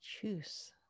Choose